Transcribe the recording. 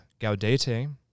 Gaudete